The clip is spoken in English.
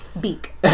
Beak